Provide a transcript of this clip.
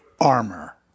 Armor